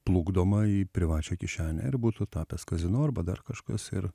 plukdoma į privačią kišenę ir būtų tapęs kazino arba dar kažkas ir